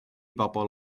bobl